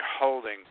holding